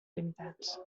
limitats